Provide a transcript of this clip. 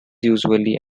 usually